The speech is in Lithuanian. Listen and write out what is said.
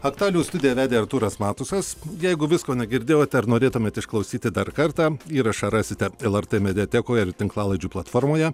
aktualijų studiją vedė artūras matusas jeigu visko negirdėjote ar norėtumėt išklausyti dar kartą įrašą rasite lrt mediatekoje ir tinklalaidžių platformoje